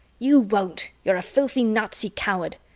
you won't. you're a filthy nazi coward.